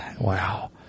Wow